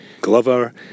Glover